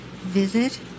visit